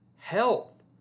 health